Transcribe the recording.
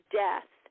death